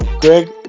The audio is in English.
Greg